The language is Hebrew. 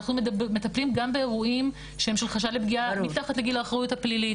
אנחנו מטפלים גם באירועים של חשד שהם מתחת לגיל האחריות הפלילית,